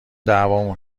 دعوامون